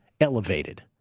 elevated